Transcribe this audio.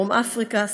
דרום-אפריקה,